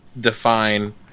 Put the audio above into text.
define